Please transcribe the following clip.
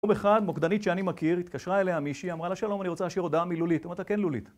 יום אחד, מוקדנית שאני מכיר, התקשרה אליה מישהי, אמרה לה שלום, אני רוצה להשאיר הודעה מלולית, היא אומרת כן לולית